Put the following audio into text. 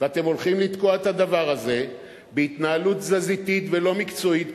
ואתם הולכים לתקוע את הדבר הזה בהתנהלות תזזיתית ולא מקצועית.